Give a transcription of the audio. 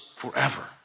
forever